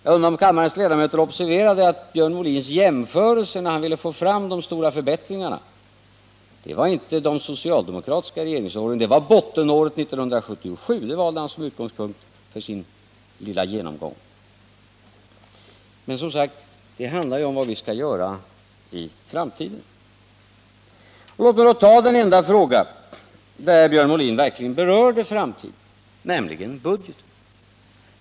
Jag undrar om kammarens ledamöter observerade vad Björn Molin jämförde med när han ville få fram de stora förbättringarna. Det var inte de socialdemokratiska regeringsåren, utan det var budgetåret 1977 som han valde som utgångspunkt för sin lilla genomgång. Men det handlar som sagt om vad vi skall göra i framtiden. Låt mig då ta upp den enda fråga där Björn Molin verkligen berörde framtiden, nämligen budgeten.